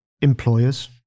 Employers